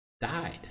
died